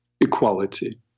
equality